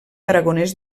aragonès